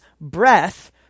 breath